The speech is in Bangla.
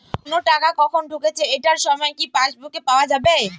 কোনো টাকা কখন ঢুকেছে এটার সময় কি পাসবুকে পাওয়া যাবে?